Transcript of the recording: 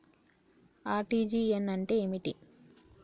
RTGS అంటే ఏమిటి?